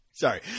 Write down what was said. Sorry